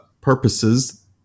purposes